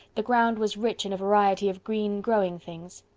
the ground was rich in a variety of green growing things.